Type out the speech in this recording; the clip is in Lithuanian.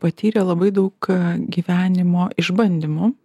patyrė labai daug gyvenimo išbandymų